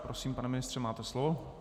Prosím, pane ministře, máte slovo.